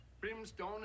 Brimstone